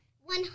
One